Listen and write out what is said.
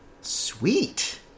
Sweet